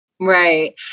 Right